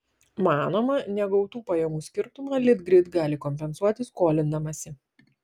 manoma negautų pajamų skirtumą litgrid gali kompensuoti skolindamasi